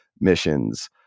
missions